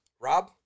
Rob